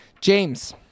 James